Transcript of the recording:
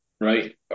right